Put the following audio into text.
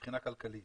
מבחינה כלכלית.